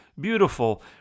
beautiful